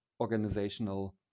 organizational